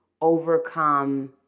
overcome